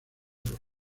por